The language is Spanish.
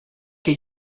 que